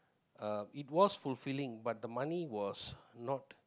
uh it was fulfilling but the money was not